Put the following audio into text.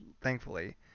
thankfully